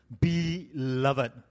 Beloved